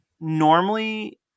normally